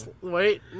wait